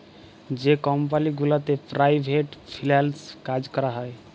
যে কমপালি গুলাতে পেরাইভেট ফিল্যাল্স কাজ ক্যরা হছে